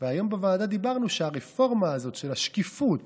והיום בוועדה אמרנו שהרפורמה הזאת של השקיפות